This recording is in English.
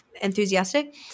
enthusiastic